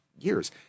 years